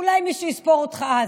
אולי מישהו יספור אותך אז.